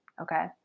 Okay